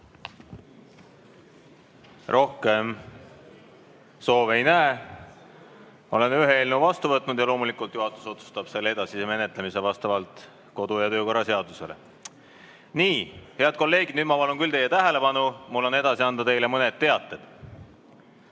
Rohkem soove ma ei näe. Olen ühe eelnõu vastu võtnud ning loomulikult otsustab juhatus selle edasise menetlemise vastavalt kodu- ja töökorra seadusele. Nii, head kolleegid, nüüd ma palun küll teie tähelepanu, mul on edasi anda mõned teated.